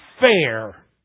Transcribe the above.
fair